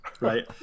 right